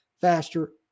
faster